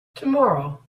tomorrow